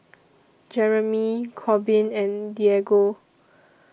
Jereme Corbin and Diego